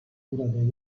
burada